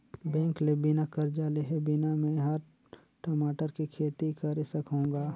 bank ले बिना करजा लेहे बिना में हर टमाटर के खेती करे सकहुँ गा